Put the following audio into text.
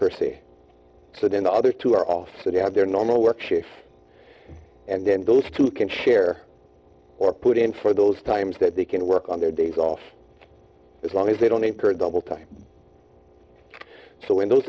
per se then the other two are off they have their normal work shifts and then those two can share or put in for those times that they can work on their days off as long as they don't incur double time so w